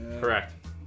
correct